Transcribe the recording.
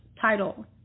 title